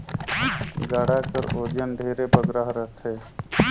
गाड़ा कर ओजन ढेरे बगरा रहथे